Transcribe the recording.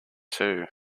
too